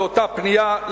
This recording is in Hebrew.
באותה פנייה,